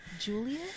Julia